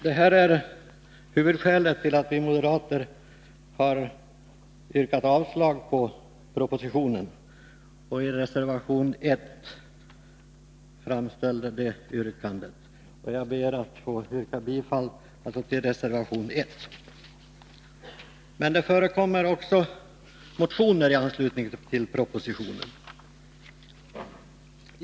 Det här är huvudskälet till att vi moderater i reservation 1 har yrkat avslag på propositionen. Jag ber att få yrka bifall till reservation 1. Men det förekommer också motioner i anslutning till propositionen.